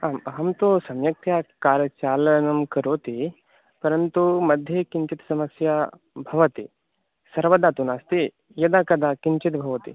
अ अहं तु सम्यक्तया कार् चालनं करोति परन्तु मध्ये किञ्चित् समस्या भवति सर्वदा तु नास्ति यदा कदा किञ्चिद्भवति